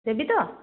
ଦେବି ତ